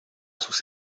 sus